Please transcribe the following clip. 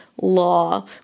law